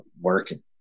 working